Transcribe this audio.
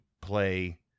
play